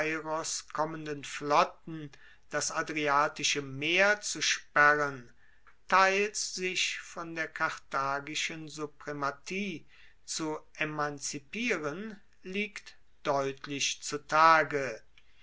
kommenden flotten das adriatische meer zu sperren teils sich von der karthagischen suprematie zu emanzipieren liegt deutlich zutage